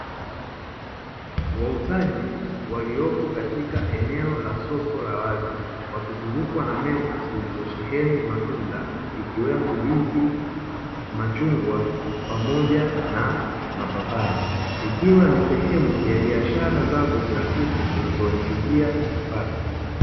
Wauzaji waliopo katika eneo la soko la wazi, wakizungukwa na meza zilizosheheni matunda, ikiwemo; ndizi, machungwa pamoja na mapapai. Ikiwa ni sehemu ya biashara zao za kila siku zinazowaingizia kipato.